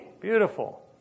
beautiful